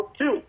two